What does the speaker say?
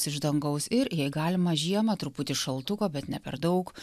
iš dangaus ir jei galima žiemą truputį šaltuko bet ne per daug